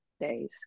days